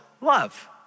love